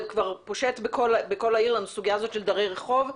זה כבר פושט בכל העיר הסוגיה הזאת של דיירי רחוב.